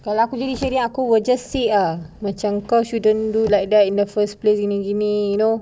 kalau aku jadi sheryn aku will just say ah macam kau shouldn't do like that in the first place begini gini you know